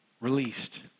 released